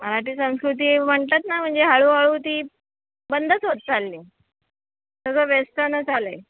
मराठी संस्कृती म्हणतात ना म्हणजे हळूहळू ती बंदच होत चालली सगळं वेस्टर्नच आलं आहे